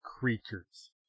Creatures